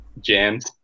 jams